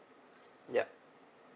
yup